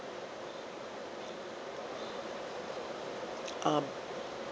um